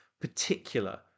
particular